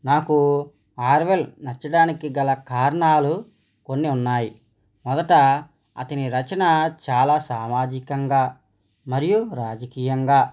నాకు ఆర్వెల్ నచ్చడానికి గల కారణాలు కొన్ని ఉన్నాయి మొదట అతని రచన చాలా సామాజికంగా మరియు రాజకీయంగా